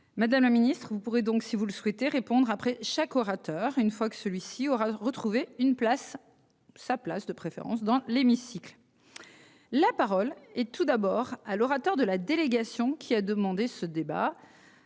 Madame le Ministre vous pourrez donc si vous le souhaitez répondre après chaque orateur, une fois que celui-ci aura retrouvé une place, sa place de préférence dans l'hémicycle. La parole et tout d'abord à l'orateur de la délégation qui a demandé ce débat.